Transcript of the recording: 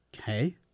Okay